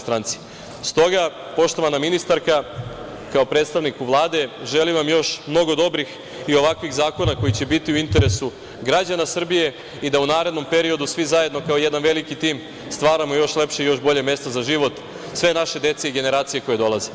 S toga, poštovana ministarka, kao predstavniku Vlade, želim vam još mnogo dobrih i ovakvih zakona koji će biti u interesu građana Srbije i da u narednom periodu svi zajedno, kao jedan veliki tim, stvaramo još lepše i još bolje mesto za život sve naše dece i generacije koje dolaze.